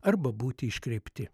arba būti iškreipti